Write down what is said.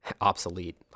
obsolete